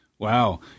Wow